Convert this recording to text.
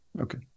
okay